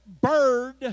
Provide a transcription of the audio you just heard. bird